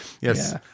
Yes